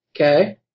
Okay